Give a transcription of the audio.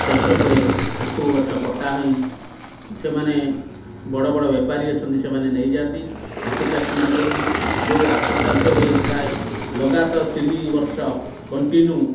ଚାଷ ପରେ ଆଖୁ ଗଛ କଟା ହୋଇ ସେମାନେ ବଡ଼ ବଡ଼ ବେପାରୀ ଅଛନ୍ତି ସେମାନେ ନେଇଯାଆନ୍ତି ଆଖୁ ଚାଷୀଙ୍କୁ ଦିଅନ୍ତି ଯେଉଁ ଆଖୁ ଚାଷ ହୁଏ ପ୍ରାୟ ଲଗାତ ତିନି ବର୍ଷ କଣ୍ଟିନ୍ୟୁ